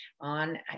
on